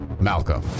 Malcolm